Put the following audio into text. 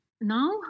now